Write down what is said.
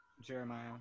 Jeremiah